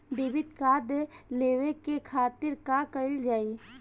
Debit card लेवे के खातिर का कइल जाइ?